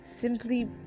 Simply